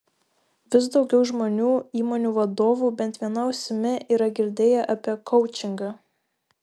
vis daugiau žmonių įmonių vadovų bent viena ausimi yra girdėję apie koučingą